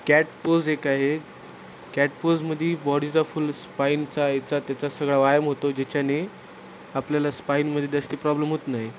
cat pose एक आहे कॅटपोजमध्ये बॉडीचा फुल स्पाईनचा याचा त्याचा सगळा व्यायाम होतो ज्याच्याने आपल्याला स्पाईनमध्ये जास्ती प्रॉब्लेम होत नाही